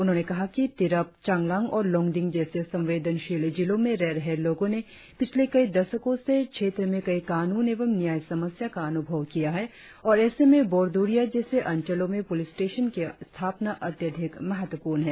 उन्होंने कहा कि तिरप चांगलांग और लोंगडिंग जैसे संवेदनशील जिलो में रह रहै लोगो ने पिछले कई दशको से क्षेत्र में कई कानून एवं न्याय समस्या का अनुभव किया है और ऐसे में बोरदुरिया जैसे अंचलो में पुलिस स्टेशन की स्थापना अत्यधिक महत्वपूर्ण है